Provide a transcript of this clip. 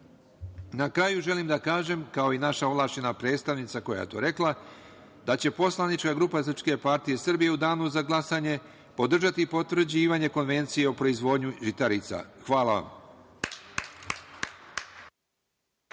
kraju, želim da kažem, kao i naša ovlašćena predstavnica, koja je to rekla, da će poslanička grupa SPS u danu za glasanje podržati potvrđivanje Konvencije o proizvodnji žitarica. Hvala vam.